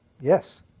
Yes